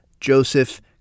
Joseph